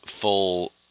full